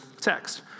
text